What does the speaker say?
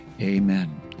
amen